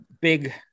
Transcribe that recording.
big